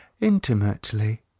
intimately